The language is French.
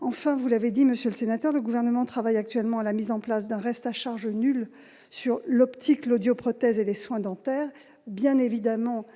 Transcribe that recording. enfin vous l'avez dit, Monsieur le Sénateur, le gouvernement travaille actuellement à la mise en place d'un reste à charge nulle sur l'optique l'audio-prothèses et des soins dentaires bien évidemment